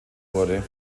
wurde